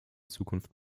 zukunft